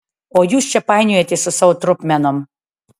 o jūs čia painiojatės su savo trupmenom